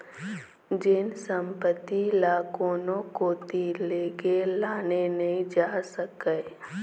जेन संपत्ति ल कोनो कोती लेगे लाने नइ जा सकय